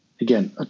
again